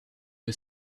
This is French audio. que